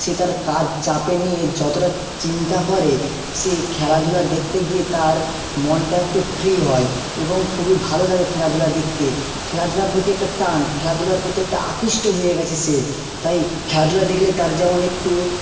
সেটার কাজ চাপে নিয়ে যতোটা চিন্তা করে সে খেলাধুলা দেখতে গিয়ে তার মনটা একটু ফ্রি হয় এবং খুবই ভালো লাগে খেলাধুলা দেখতে খেলাধুলার প্রতি একটা টান খেলাধুলার প্রতি একটা আকৃষ্ট হয়ে গেছে সে তাই খেলাধুলা দেখলে তার যেমন একটু